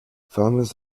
farmers